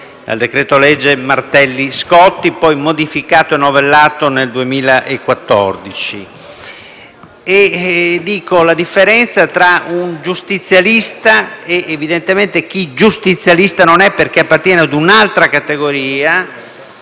dal decreto-legge Martelli-Scotti, poi modificato e novellato nel 2014. La differenza tra un giustizialista e chi giustizialista non è, perché appartiene ad un'altra categoria,